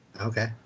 Okay